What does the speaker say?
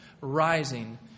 rising